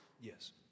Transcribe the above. Yes